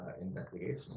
investigation